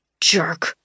Jerk